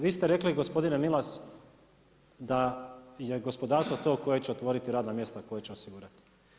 Vi ste rekli gospodine Milas, da je gospodarstvo to koje će otvoriti radna mjesta koje će osigurati.